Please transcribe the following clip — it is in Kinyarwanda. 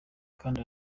kandi